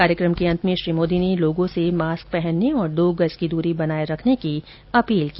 कार्यक्रम के अंत में श्री मोदी ने लोगों से मास्क पहनने और दो गज की दूरी बनाए रखने की अपील की